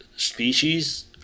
species